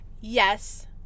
Yes